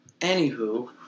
anywho